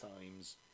times